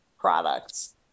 products